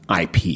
IP